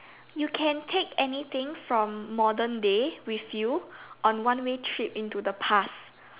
you can take anything from modern day with you on one way trip to the past